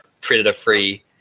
predator-free